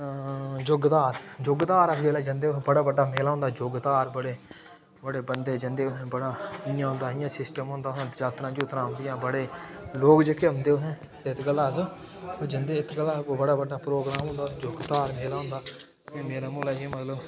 जुग्गधार जुग्गधार अस जेल्लै जंदे उत्थै बड़ा बड्डा मेला होंदा जुग्गधार बड़े बड़े बंदे जंदे उत्थै बड़ा इ'यां होंदा इ'यां सिस्टम होंदा उत्थै बड़ी जात्तरा जूत्तरा आंदियां बड़े लोक जेह्के औंदे उत्थै इत्त गल्ला अस जंदे इत्त गल्ला अस उत्थै बड़ा बड्डा प्रोग्राम होंदा जुग्गधार मेला होंदा इ'यां मेला मूला जेहा मतलब